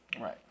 Right